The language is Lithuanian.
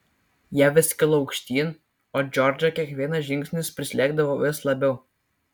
jie vis kilo aukštyn o džordžą kiekvienas žingsnis prislėgdavo vis labiau